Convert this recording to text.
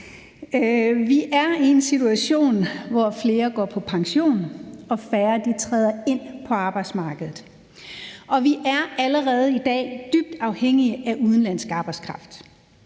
Vi er i en situation, hvor flere går på pension og færre træder ind på arbejdsmarkedet, og vi er allerede i dag dybt afhængige af udenlandsk arbejdskraft.